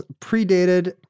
predated